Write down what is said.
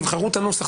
תבחרו את הנוסח,